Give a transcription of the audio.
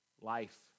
Life